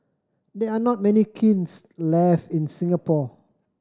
there are not many kilns left in Singapore